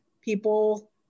people